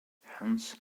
hence